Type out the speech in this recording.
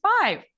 Five